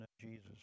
Jesus